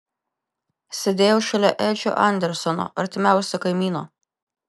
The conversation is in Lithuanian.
sėdėjau šalia edžio andersono artimiausio kaimyno